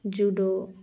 judo